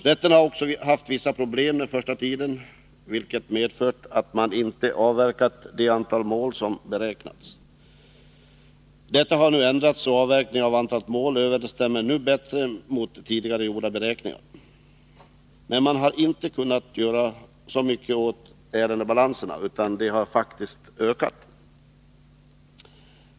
Rätterna hade också vissa problem under den första tiden, vilket medförde att man då inte avverkade det antal mål som hade beräknats. Detta har nu ändrats, och avverkningen av antalet mål överensstämmer nu bättre med gjorda beräkningar. Men man har inte kunnat göra så mycket åt ärendebalanserna, utan dessa har faktiskt ökat.